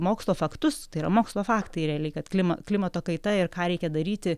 mokslo faktus tai yra mokslo faktai realiai kad klima klimato kaita ir ką reikia daryti